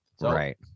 Right